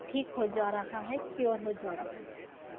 ٹھیک ہو جا رہا ہے کیور ہو جا رہا ہے